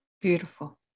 Beautiful